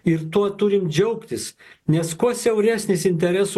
ir tuo turim džiaugtis nes kuo siauresnis interesų